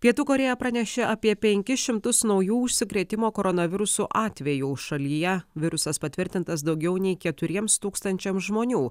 pietų korėja pranešė apie penkis šimtus naujų užsikrėtimo koronavirusu atvejų šalyje virusas patvirtintas daugiau nei keturiems tūkstančiams žmonių